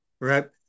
Right